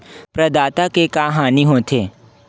प्रदाता के का हानि हो थे?